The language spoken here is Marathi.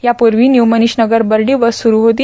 यापूर्वी व्यू मनीषनगर बर्डी बस सुरू केली